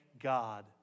God